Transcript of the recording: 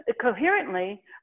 coherently